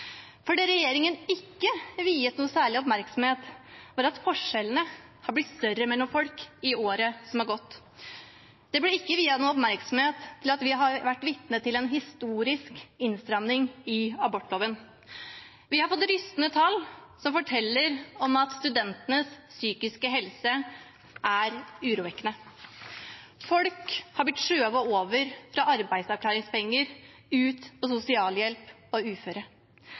Det regjeringen ikke viet særlig oppmerksomhet, er at forskjellene har blitt større mellom folk i året som er gått. Det ble ikke viet noen oppmerksomhet at vi har vært vitne til en historisk innstramning i abortloven. Vi har fått rystende tall som forteller at studentenes psykiske helse er urovekkende. Folk har blitt skjøvet over fra arbeidsavklaringspenger ut på sosialhjelp og